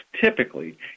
typically